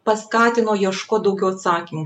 paskatino ieškot daugiau atsakymų